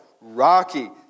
rocky